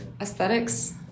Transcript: aesthetics